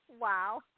Wow